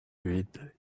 build